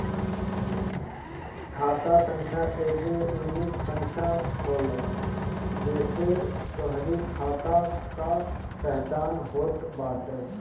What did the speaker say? खाता संख्या एगो यूनिक संख्या होला जेसे तोहरी खाता कअ पहचान होत बाटे